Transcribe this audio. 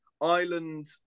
Ireland